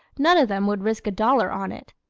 none of them would risk a dollar on it.